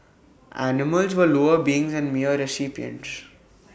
animals were lower beings and mere recipients